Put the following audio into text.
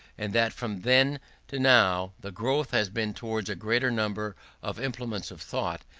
and that from then to now the growth has been towards a greater number of implements of thought,